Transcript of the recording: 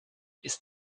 ist